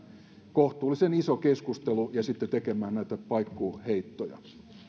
kohtuullisen iso keskustelu ja sitten tekemään näitä paikkuuheittoja